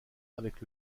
avec